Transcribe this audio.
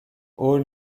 haut